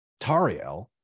Tariel